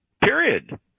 period